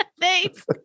Thanks